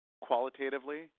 qualitatively